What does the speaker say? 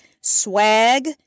swag